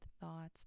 thoughts